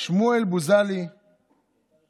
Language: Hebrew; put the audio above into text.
שמואל בוזלי וכמובן